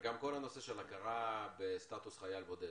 גם כל הנושא של הכרה בסטטוס חייל בודד,